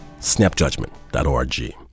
snapjudgment.org